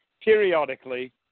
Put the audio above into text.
periodically